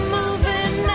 moving